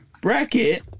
bracket